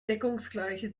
deckungsgleiche